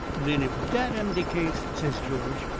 den if dat am de case, says george,